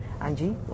Angie